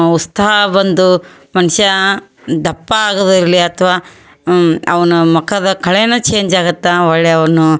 ಉತ್ಸಾಹ ಬಂದು ಮನುಷ್ಯ ದಪ್ಪ ಆಗದು ಇರಲಿ ಅಥವಾ ಅವ್ನ ಮೊಗದ ಕಳೇನೇ ಚೇಂಜ್ ಆಗತ್ತೆ ಒಳ್ಳೆಯ ಅವನು